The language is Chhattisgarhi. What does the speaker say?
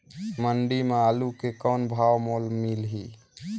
मंडी म आलू के कौन भाव मोल मिलही?